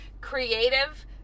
creative